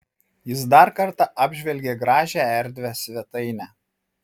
jis dar kartą apžvelgė gražią erdvią svetainę